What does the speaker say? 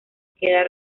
queda